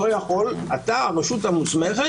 הרשות המוסמכת,